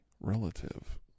relative